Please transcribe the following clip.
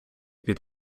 під